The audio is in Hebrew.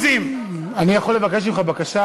מבטיח לך שאגיב.